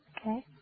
okay